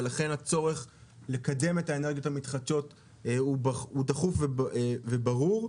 ולכן הצורך לקדם את האנרגיות המתחדשות הוא דחוף וברור.